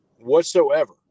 whatsoever